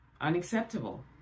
Unacceptable